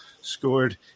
scored